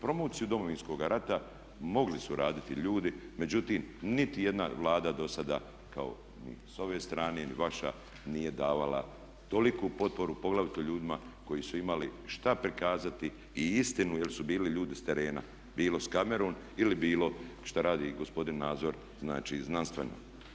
Promociju Domovinskoga rata mogli su raditi ljudi međutim niti jedna Vlada dosada kao ni s ove strane, ni vaša nije davala toliku potporu poglavito ljudima koji su imali šta prikazati i istinu jer su bili ljudi s terena, bilo s kamerom ili bilo šta radi gospodin Nazor znači znanstveno.